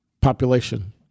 population